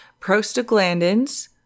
prostaglandins